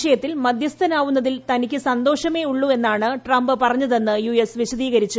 വിഷയത്തിൽ മധ്യസ്ഥനാവുന്നതിൽ തനിക്ക് സന്തോഷമേ ഉള്ളുവെന്നാണ് ട്രംപ് പറഞ്ഞതെന്ന് യു എസ് വിശദീകരിച്ചു